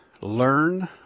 learn